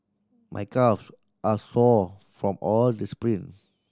my calves are sore from all the sprint